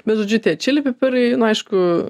bet žodžiu tie čili pipirai nu aišku